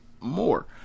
more